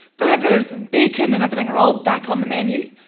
burgers and bacon and everything are all back on the menu.